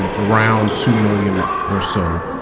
and around two million or so.